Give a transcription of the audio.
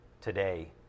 today